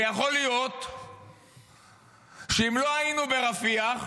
ויכול להיות שאם לא היינו ברפיח,